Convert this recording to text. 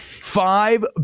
five